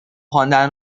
خواندن